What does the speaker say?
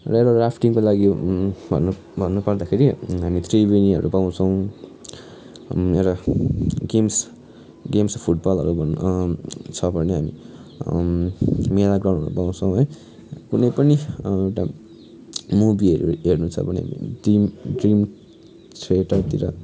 र यो राफ्टिङको लागि भन्नु पर्दाखेरि हामी त्रिवेणीहरू पाउँछौँ एउटा गेम्स फुटबलहरू छ भने मेला ग्राउन्डहरू पाउँछौँ है कुनै पनि एउटा मुभीहरू हेर्नु छ भने दिम ड्रिम थिएटरतिर